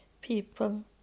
people